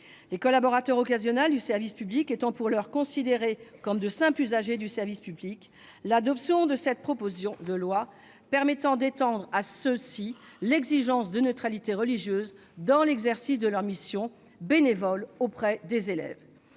Les collaborateurs occasionnels du service public étant, pour l'heure, considérés comme de simples usagers de celui-ci, l'adoption de cette proposition de loi permettra d'étendre à ces personnes l'exigence de neutralité religieuse dans l'exercice de leur mission bénévole auprès des élèves.